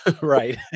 Right